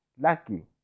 lucky